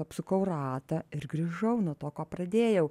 apsukau ratą ir grįžau nuo to ko pradėjau